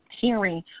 hearing